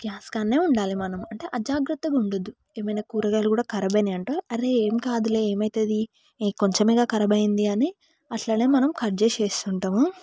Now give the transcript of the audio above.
gas కాడ ఉండాలి మనం అంటే అజాగ్రత్తగా ఉండద్దు ఏమైన్నా కూరగాయలు కూడా ఖరాబ్ అయ్యాయంట అరే ఏం కాదులే ఏమైతుంది కొంచమే కదా ఖరాబ్ అయింది అని అట్లానే మనం కట్ చేసి వేస్తుంటాము